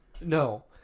No